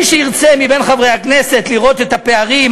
מי שירצה מבין חברי הכנסת לראות את הפערים,